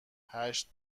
هشت